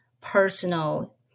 personal